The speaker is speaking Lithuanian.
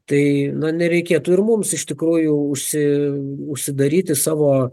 tai nereikėtų ir mums iš tikrųjų užsi užsidaryti savo